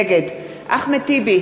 נגד אחמד טיבי,